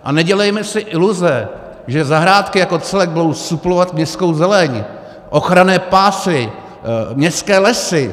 A nedělejme si iluze, že zahrádky jako celek budou suplovat městskou zeleň, ochranné pásy, městské lesy.